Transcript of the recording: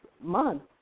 month